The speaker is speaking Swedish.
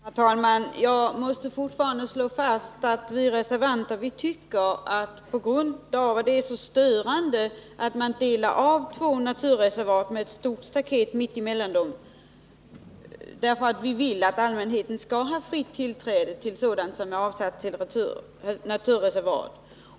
Herr talman! Jag måste ännu en gång slå fast att vi reservanter tycker att det är störande att man delar av två naturreservat med ett stort staket. Vi vill att allmänheten skall ha fritt tillträde till sådant som är avsatt till naturreservat.